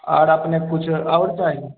आओर अपनेके किछु आओर चाही